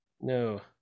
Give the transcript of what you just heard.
No